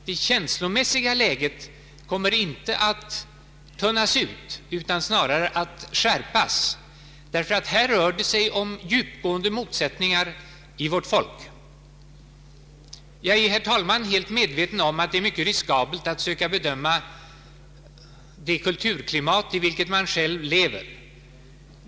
Det känslomässiga läget kommer inte att tunnas ut utan kommer snarare att skärpas, ty här rör det sig om djupgående motsättningar i vårt folk. Jag är, herr talman, helt medveten om att det är mycket riskabelt att söka bedöma det kulturklimat i vilket man själv lever.